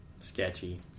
Sketchy